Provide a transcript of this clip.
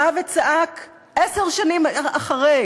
בא וצעק, עשר שנים אחרי,